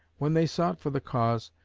when they sought for the cause,